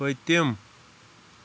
پٔتِم